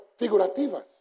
figurativas